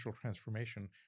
Transformation